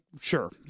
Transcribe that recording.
sure